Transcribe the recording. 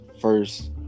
first